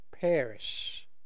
perish